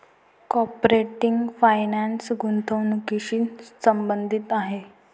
corporate finance गुंतवणुकीशी संबंधित आहे